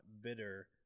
bitter